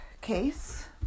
case